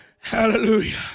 Hallelujah